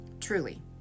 Truly